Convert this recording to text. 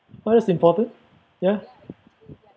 oh that's important ya